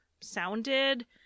sounded